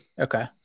Okay